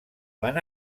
van